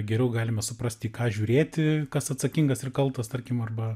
geriau galima suprasti ką žiūrėti kas atsakingas ir kaltas tarkim arba